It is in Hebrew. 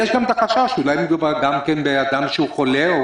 יש את החשש שאולי מדובר באדם חולה.